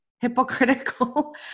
hypocritical